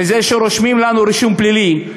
בזה שרושמים לנו רישום פלילי,